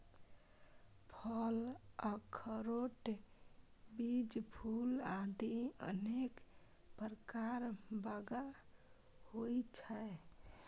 फल, अखरोट, बीज, फूल आदि अनेक प्रकार बाग होइ छै